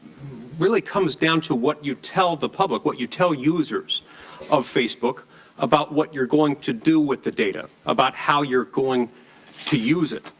really comes down to what you tell the public, what you tell users of facebook about who you're going to do with the data. about how you're going to use it.